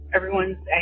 Everyone's